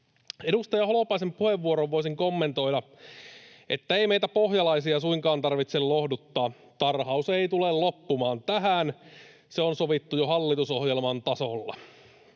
Edustaja Holopaisen puheenvuoroon voisin kommentoida, että ei meitä pohjalaisia suinkaan tarvitse lohduttaa. Tarhaus ei tule loppumaan tähän, se on sovittu jo hallitusohjelman tasolla.